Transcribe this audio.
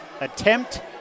attempt